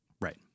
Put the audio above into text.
Right